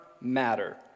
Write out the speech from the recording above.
matter